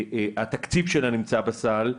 התקציב שלה נמצא בסל.